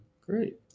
Great